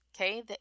Okay